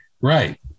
Right